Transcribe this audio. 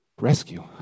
rescue